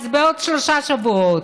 אז בעוד שלושה שבועות.